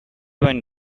one